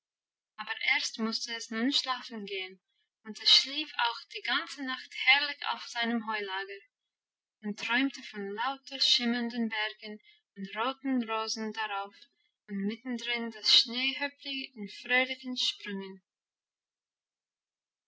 aber erst musste es nun schlafen gehen und es schlief auch die ganze nacht herrlich auf seinem heulager und träumte von lauter schimmernden bergen und roten rosen darauf und mittendrin das schneehöppli in fröhlichen sprüngen